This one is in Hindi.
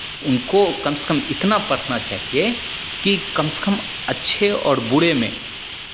उनको कम से कम इतना पढ़ना चाहिए कि कम से कम अच्छे और बुरे में